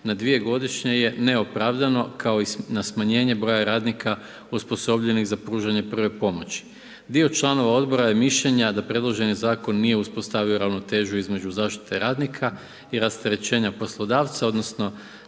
na 2 godišnje je neopravdano, kao i na smanjenje broja radnika osposobljenih za pružanje prve pomoći. Dio članova Odbora je mišljenja da predloženi zakon nije uspostavio ravnotežu između zaštite radnika i rasterećenja poslodavca odnosno